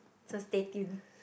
so stay tuned